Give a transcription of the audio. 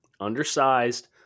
undersized